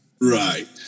Right